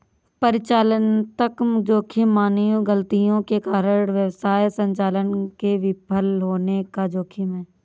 परिचालनात्मक जोखिम मानवीय गलतियों के कारण व्यवसाय संचालन के विफल होने का जोखिम है